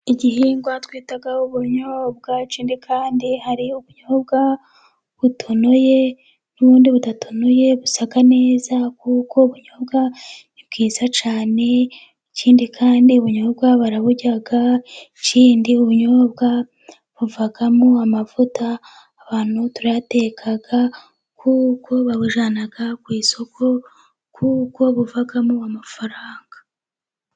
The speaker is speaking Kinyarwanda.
Igihingwa twitaho ubunyobwa, ikindi kandi hari ubunyobwa butonoye n'ubundi budatonoye busa neza, kuko ubunyobwa ni bwiza cyane. Ikindi kandi ubunyobwa baraburya, ikindi ubunyobwa buvamo amavuta, abantu turayateka, kuko babujyana ku isoko kuko buvamo amafaranga.